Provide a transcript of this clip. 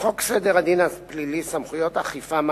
כנסת נכבדה,